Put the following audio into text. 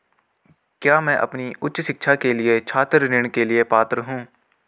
क्या मैं अपनी उच्च शिक्षा के लिए छात्र ऋण के लिए पात्र हूँ?